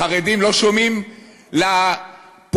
החוק הזה הוא מכשול של שנאה,